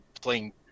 playing